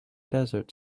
desert